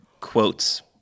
quotes